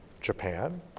Japan